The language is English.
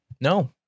No